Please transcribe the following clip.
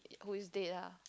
who is Dea